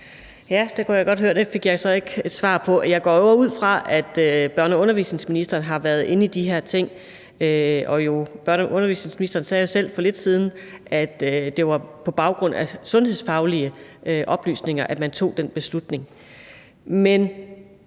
(V): Det kunne jeg godt høre jeg så ikke fik svar på. Jeg går ud fra, at børne- og undervisningsministeren har været inde i de her ting. Børne- og undervisningsministeren sagde jo selv for lidt siden, at det var på baggrund af sundhedsfaglige oplysninger, at man tog den beslutning.